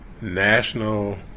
National